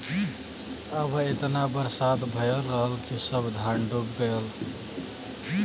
अब एतना बरसात भयल रहल कि सब धान डूब गयल